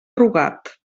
rugat